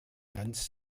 ganz